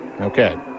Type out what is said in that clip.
Okay